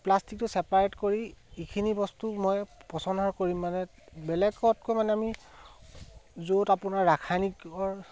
প্লাষ্টিকটো চেপাৰেট কৰি এইখিনি বস্তু মই পচন সাৰ কৰিম মানে বেলেগতকৈ মানে আমি য'ত আপোনাৰ ৰাসায়নিকৰ